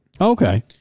Okay